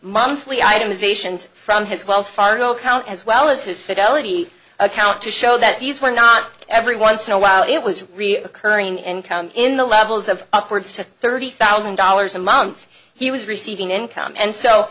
monthly items ations from his wells fargo account as well as his fidelity account to show that these were not every once in a while it was reoccurring income in the levels of upwards to thirty thousand dollars a month he was receiving income and so